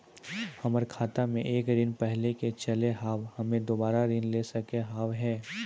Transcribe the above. हमर खाता मे एक ऋण पहले के चले हाव हम्मे दोबारा ऋण ले सके हाव हे?